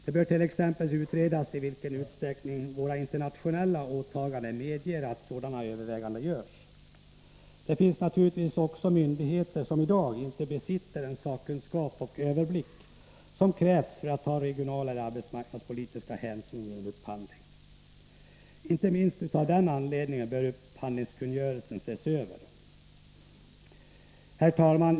Det bör t.ex. utredas i vilken utsträckning våra internationella åtaganden medger att sådana överväganden görs. Det finns naturligtvis också myndigheter som i dag inte besitter den sakkunskap och överblick som krävs för att ta regionaleller arbetsmarknadspolitiska hänsyn vid upphandling. Inte minst av den anledningen bör upphandlingskungörelsen ses över. Herr talman!